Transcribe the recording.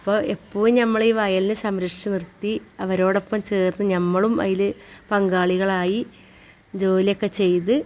അപ്പോൾ എപ്പോഴും നമ്മൾ ഈ വയലിനെ സംരക്ഷിച്ച് നിർത്തി അവരോടൊപ്പം ചേർന്ന് നമ്മളും അതിൽ പങ്കാളികളായി ജോലിയൊക്കെ ചെയ്ത്